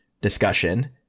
discussion